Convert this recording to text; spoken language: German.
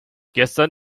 gestern